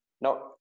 now